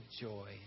joy